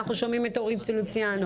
אנחנו שומעים את אורית סוליציאנו,